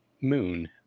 Moon